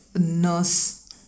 nurse